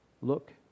Look